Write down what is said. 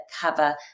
cover